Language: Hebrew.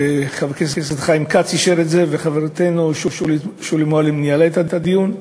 חבר הכנסת חיים כץ אישר את זה וחברתנו שולי מועלם ניהלה את הדיון,